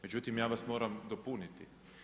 Međutim, ja vas moram dopuniti.